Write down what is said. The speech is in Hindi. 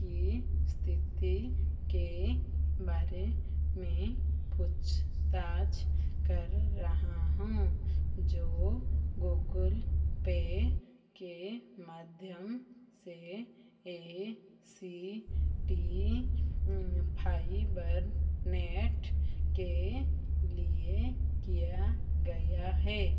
की स्थिति के बारे में पुछताछ कर रहा हूँ जो घुघुल पे के माध्यम से A C P five one net के लिए क्या गया है